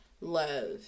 love